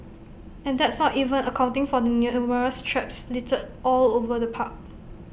and that's not even accounting for the numerous traps littered all over the park